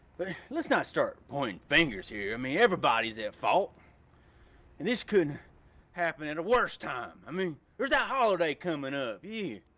lets not start pointing fingers here i mean everybody's at fault. and this couldn't have happened at a worse time. i mean there's that holiday coming up, yeah.